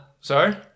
Sorry